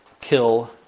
kill